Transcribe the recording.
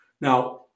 now